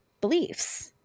beliefs